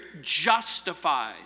justifies